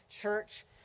church